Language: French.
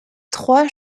trois